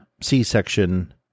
C-section